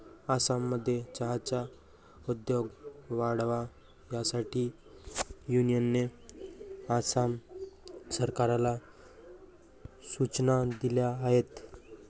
आसाममध्ये चहाचा उद्योग वाढावा यासाठी युनियनने आसाम सरकारला सूचना दिल्या आहेत